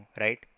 right